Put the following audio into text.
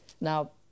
Now